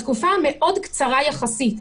בתקופה מאוד קצרה יחסית,